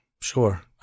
Sure